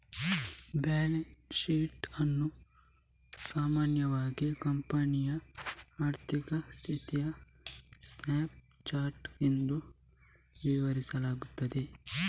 balance sheet ಅನ್ನು ಸಾಮಾನ್ಯವಾಗಿ ಕಂಪನಿಯ ಆರ್ಥಿಕ ಸ್ಥಿತಿಯ ಸ್ನ್ಯಾಪ್ ಶಾಟ್ ಎಂದು ವಿವರಿಸಲಾಗುತ್ತದೆ